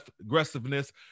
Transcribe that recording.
aggressiveness